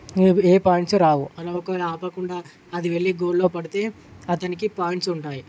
ఏమి ఏ పాయింట్స్ రావు అలా ఒకరు ఆపకుండా అది వెళ్ళి గోల్లో పడితే అతనికి పాయింట్స్ ఉంటాయి